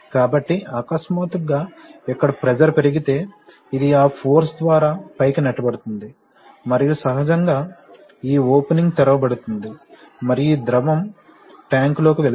కాబట్టి అకస్మాత్తుగా ఇక్కడ ప్రెషర్ పెరిగితే ఇది ఆ ఫోర్స్ ద్వారా పైకి నెట్టబడుతుంది మరియు సహజంగా ఈ ఓపెనింగ్ తెరవబడుతుంది మరియు ద్రవం ట్యాంకు లోకి వెళ్తుంది